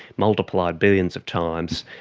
multiplied billions of times.